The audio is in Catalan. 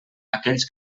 aquells